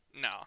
No